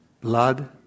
blood